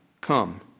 come